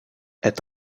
est